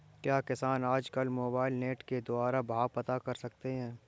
क्या किसान आज कल मोबाइल नेट के द्वारा भाव पता कर सकते हैं?